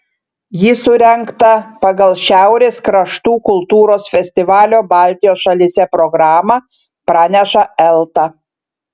ji surengta pagal šiaurės kraštų kultūros festivalio baltijos šalyse programą praneša elta